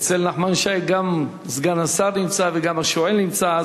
אצל נחמן שי גם סגן השר נמצא וגם השואל נמצא.